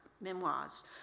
memoirs